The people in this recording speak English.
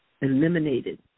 eliminated